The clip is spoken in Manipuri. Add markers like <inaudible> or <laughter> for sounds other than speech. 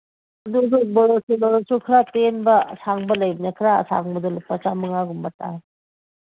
<unintelligible> ꯈꯔ ꯇꯦꯟꯕ ꯁꯥꯡꯕ ꯂꯩꯕꯅꯦ ꯈꯔ ꯁꯥꯡꯕꯗꯨ ꯂꯨꯄꯥ ꯆꯃꯉꯥꯒꯨꯝꯕ ꯇꯥꯏ